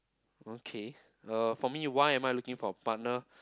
okay uh for me why am I looking for a partner